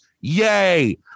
yay